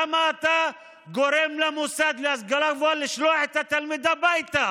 למה אתה גורם למוסד להשכלה גבוהה לשלוח את התלמיד הביתה